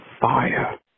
fire